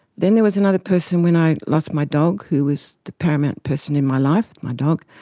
then there was another person when i lost my dog who was the paramount person in my life, my dog,